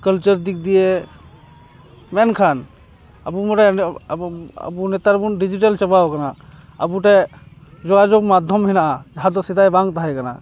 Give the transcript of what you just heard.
culture ᱫᱤᱠ ᱫᱤᱭᱮ ᱢᱮᱱᱠᱷᱟᱱ ᱟᱵᱚ ᱵᱚᱱ ᱵᱟᱰᱟᱭᱟ ᱟᱵᱚ ᱵᱚ ᱟᱵᱚ ᱱᱮᱛᱟᱨ ᱵᱚᱱ ᱰᱤᱡᱤᱴᱟᱞ ᱪᱟᱵᱟᱣ ᱠᱟᱱᱟ ᱟᱵᱚᱴᱷᱮᱱ ᱡᱳᱜᱟᱡᱳᱜᱽ ᱢᱟᱫᱽᱫᱷᱚᱢ ᱦᱮᱱᱟᱜᱼᱟ ᱡᱟᱦᱟᱸ ᱫᱚ ᱥᱮᱫᱟᱭ ᱵᱟᱝ ᱛᱟᱦᱮᱸ ᱠᱟᱱᱟ